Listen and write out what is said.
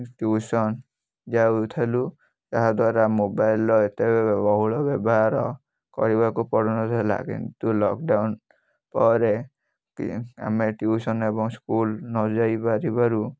tuition ଯାଉଥିଲୁ ଏହାଦ୍ୱାରା ମୋବାଇଲ୍ର ଏତେ ବହୁଳ ବ୍ୟବହାର କରିବାକୁ ପଡ଼ୁନଥିଲା କିନ୍ତୁ ଲକ୍ଡ଼ାଉନ୍ ପରେ କି ଆମେ ଟ୍ୟୁସନ୍ ଏବଂ ସ୍କୁଲ୍ ନଯାଇପାରିବାରୁ